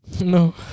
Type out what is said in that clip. No